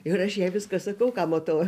ir aš jai viską sakau ką matau